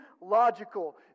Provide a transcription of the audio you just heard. logical